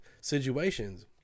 situations